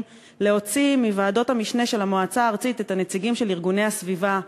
להוציא מוועדות המשנה של המועצה הארצית את הנציגים של ארגוני הסביבה,